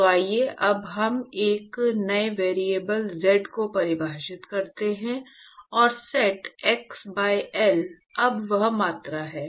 तो आइए अब हम एक नए वेरिएबल z को परिभाषित करते हैं और सेट x by L अब वह मात्रा है